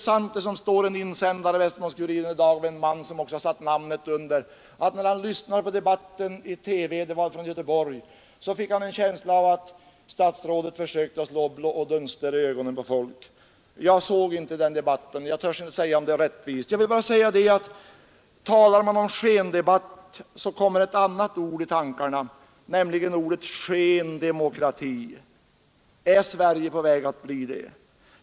I en insändare i Västerbottens-Kuriren i dag skriver en man, som också har satt ut sitt namn, att när han lyssnade på TV-debatten i ett program från Göteborg fick han en känsla av att statsrådet försökte slå blå dunster i ögonen på folk. Jag såg inte det programmet och kan därför inte avgöra om uttalandet är rättvist. Jag vill bara säga att talar man om skendebatt, kommer ett annat ord i tankarna, nämligen ordet skendemokrati. Är Sverige på väg att bli en sådan?